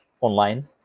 online